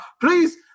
please